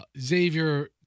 Xavier